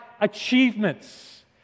achievements